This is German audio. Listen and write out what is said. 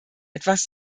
etwas